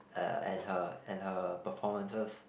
uh and her and her performances